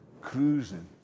cruising